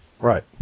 Right